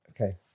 okay